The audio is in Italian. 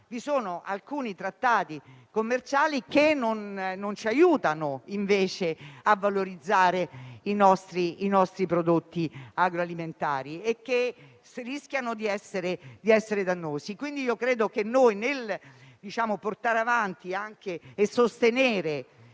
vi sono alcuni trattati commerciali che non ci aiutano a valorizzare i nostri prodotti agroalimentari e che rischiano di essere dannosi. Credo quindi che, nel portare avanti e sostenere